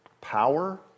power